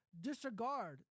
disregard